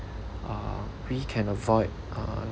uh we can avoid uh